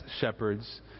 shepherds